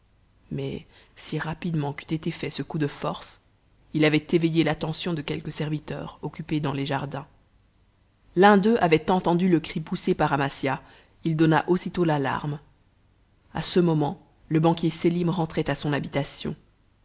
mais si rapidement qu'eut été fait ce coup de force il avait éveillé l'attention de quelques serviteurs occupés dans les jardins l'un d'eux avait entendu le cri poussé par amasia il donna aussitôt l'alarme a ce moment le banquier sélim rentrait à son habitation